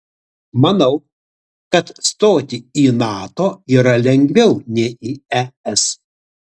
manau kad stoti į nato yra lengviau nei į es